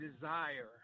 desire